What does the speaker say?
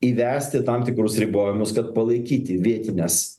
įvesti tam tikrus ribojimus kad palaikyti vietines